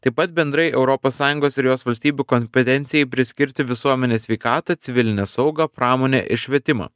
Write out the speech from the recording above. taip pat bendrai europos sąjungos ir jos valstybių kompetencijai priskirti visuomenės sveikatą civilinę saugą pramonę ir švietimą